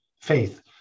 faith